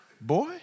Boy